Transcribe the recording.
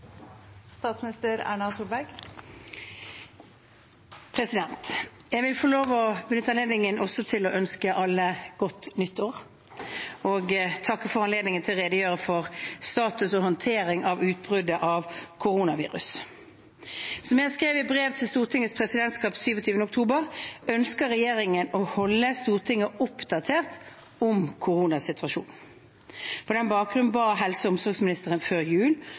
for anledningen til å redegjøre for status og håndtering av utbruddet av koronaviruset. Som jeg skrev i brev til Stortingets presidentskap 27 oktober, ønsker regjeringen å holde Stortinget oppdatert om koronasituasjonen. På den bakgrunn ba helse- og omsorgsministeren før jul